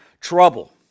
trouble